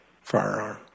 firearm